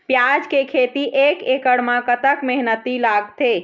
प्याज के खेती एक एकड़ म कतक मेहनती लागथे?